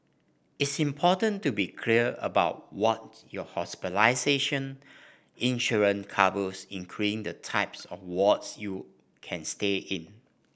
it's important to be clear about what your hospitalization insurance covers including the type of wards you can stay in